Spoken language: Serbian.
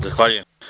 Zahvaljujem.